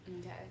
Okay